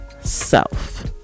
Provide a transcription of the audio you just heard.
self